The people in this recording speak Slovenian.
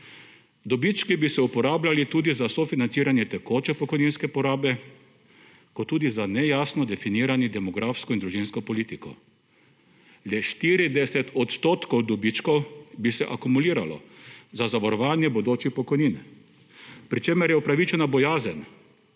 Dobički bi se uporabljali tudi za sofinanciranje tekoče pokojninske porabe, kot tudi za nejasno definirano demografsko in družinsko politiko. Le 40 % dobičkov bi se akumuliralo za zavarovanje bodičih pokojnin, pri čemer je upravičena bojazen,